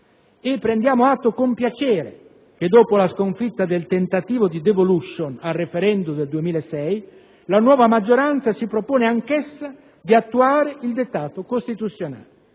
Prendiamo atto con piacere, inoltre, che, dopo la sconfitta del tentativo di *devolution* al *referendum* del 2006, la nuova maggioranza si propone anch'essa di attuare il dettato costituzionale.